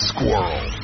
Squirrel